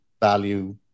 value